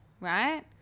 right